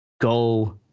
go –